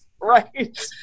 Right